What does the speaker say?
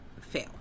fail